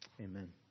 Amen